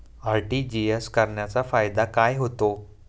RTGS करण्याचा फायदा काय होतो?